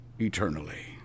eternally